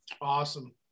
awesome